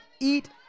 eat